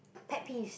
pet peeves